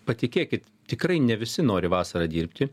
patikėkit tikrai ne visi nori vasarą dirbti